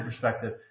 perspective